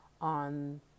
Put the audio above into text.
on